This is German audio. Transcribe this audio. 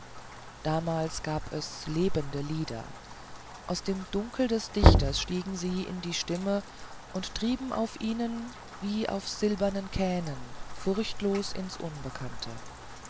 damals gab es lebende lieder aus dem dunkel des dichters stiegen sie in die stimmen und trieben auf ihnen wie auf silbernen kähnen furchtlos ins unbekannte